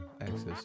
access